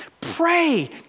Pray